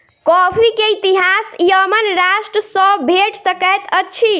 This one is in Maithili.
कॉफ़ी के इतिहास यमन राष्ट्र सॅ भेट सकैत अछि